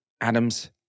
Adams